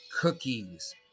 cookies